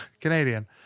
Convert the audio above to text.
Canadian